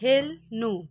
खेल्नु